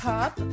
Pop